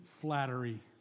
flattery